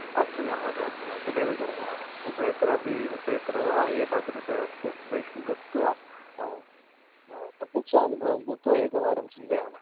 अस्तु महोदय अस्तु महोदय तदेव कुर्मः उभयत्रापि उभयत्र वा एतादृशप्रदेशेषु गत्वा प्रत्यक्षानुभवं भूत्वा एकवारं चिन्तयामः